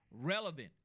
relevant